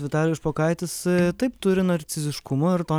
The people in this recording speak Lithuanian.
vitalijus špokaitis taip turi narciziškumo ir to